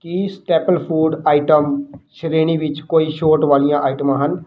ਕੀ staple food item ਸ਼੍ਰੇਣੀ ਵਿੱਚ ਕੋਈ ਛੋਟ ਵਾਲੀਆਂ ਆਈਟਮਾਂ ਹਨ